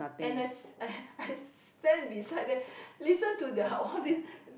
and I s~ I I stand beside them listen to their all these